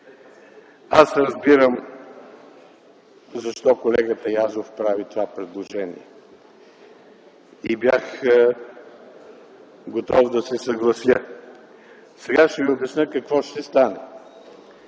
Разбирам защо колегата Язов прави това предложение. Бях готов да се съглася. Сега ще ви обясня какво ще стане.